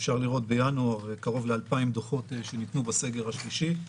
אפשר לראות בינואר קרוב ל-2,000 דוחות שניתנו בסגר השלישי.